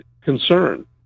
concern